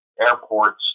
airports